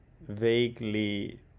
vaguely